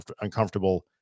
uncomfortable